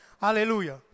Hallelujah